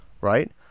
right